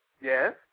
Yes